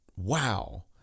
Wow